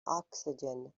oxygen